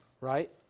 Right